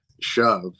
shove